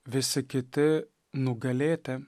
visi kiti nugalėti